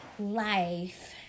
life